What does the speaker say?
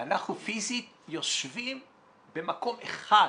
אנחנו פיזית יושבים במקום אחד.